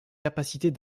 capacités